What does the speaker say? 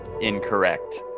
incorrect